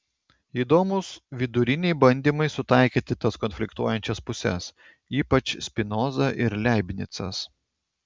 įdomūs viduriniai bandymai sutaikyti tas konfliktuojančias puses ypač spinoza ir leibnicas